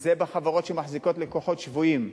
זה בחברות שמחזיקות לקוחות שבויים.